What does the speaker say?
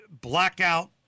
Blackout